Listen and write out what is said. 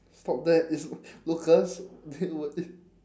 stop that it's lucas they will think